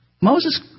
Moses